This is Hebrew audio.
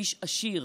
איש עשיר.